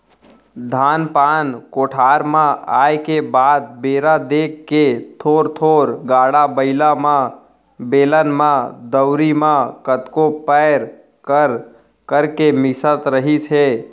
धान पान कोठार म आए के बाद बेरा देख के थोर थोर गाड़ा बइला म, बेलन म, दउंरी म कतको पैर कर करके मिसत रहिस हे